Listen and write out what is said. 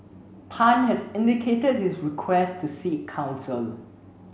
Tan has indicated his request to seek counsel